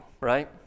right